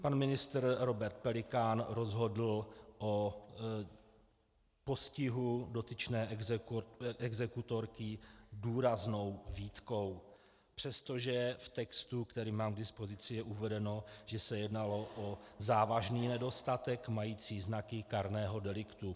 Pan ministr Robert Pelikán rozhodl o postihu dotyčné exekutorky důraznou výtkou, přestože v textu, který mám k dispozici, je uvedeno, že se jednalo o závažný nedostatek mající znaky kárného deliktu.